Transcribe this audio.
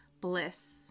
bliss